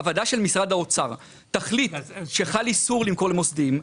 הוועדה של משרד האוצר תחליט שחל איסור למכור למוסדיים,